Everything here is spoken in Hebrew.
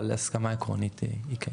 אבל הסכמה עקרונית יש.